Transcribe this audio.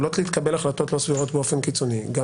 יכולות להתקבל החלטות לא סבירות באופן קיצוני גם